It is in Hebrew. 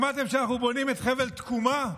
שמעתם שאנחנו בונים את חבל תקומה?